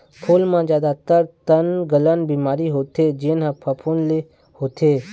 फूल म जादातर तनगलन बिमारी होथे जेन ह फफूंद ले होथे